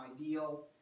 ideal